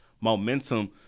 momentum